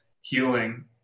healing